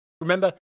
Remember